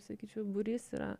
sakyčiau būrys yra